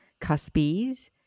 Cuspies